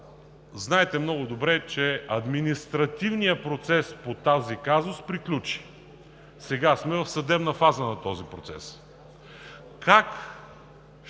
знаете много добре, че административният процес по този казус приключи. Сега сме в съдебна фаза на този процес.